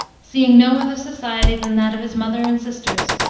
seeing no other society than that of his mother and sisters,